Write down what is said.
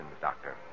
Doctor